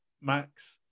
max